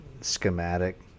schematic